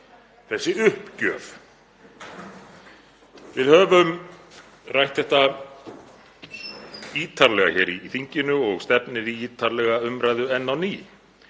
þessi uppgjöf. Við höfum rætt þetta ítarlega hér í þinginu og stefnir í ítarlega umræðu enn á ný.